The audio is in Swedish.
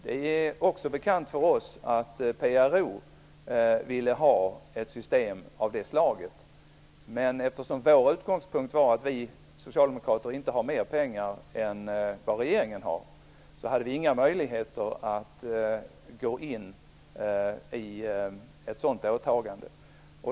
Det är bekant också för oss att PRO ville ha ett system av det slaget. Men eftersom vår utgångspunkt var att vi socialdemokrater inte har mer pengar än regeringen hade vi inga möjligheter att göra ett sådant åtagande.